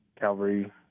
Calvary